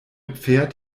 pferd